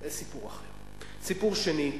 סיפור שלישי,